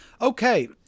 Okay